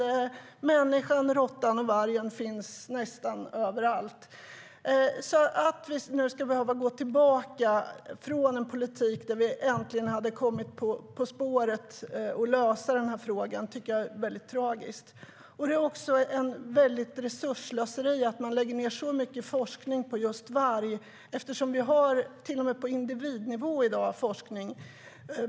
Det är människan, råttan och vargen som finns nästan överallt. Att vi nu ska behöva gå ifrån en politik där vi äntligen hade kommit på spåret för att lösa denna fråga tycker jag är mycket tragiskt. Det är också ett stort resursslöseri att man lägger ned så mycket forskning på just varg eftersom vi till och med på individnivå i dag har forskning.